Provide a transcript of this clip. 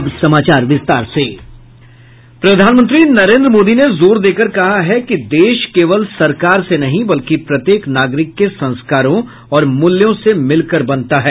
प्रधानमंत्री नरेन्द्र मोदी ने जोर देकर कहा है कि देश केवल सरकार से नहीं बल्कि प्रत्येक नागरिक के संस्कारों और मूल्यों से मिलकर बनता है